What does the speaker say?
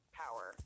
power